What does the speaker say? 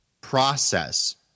process